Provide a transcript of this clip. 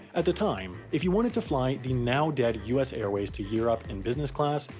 at the time, if you wanted to fly the now-dead us airways to europe in business class,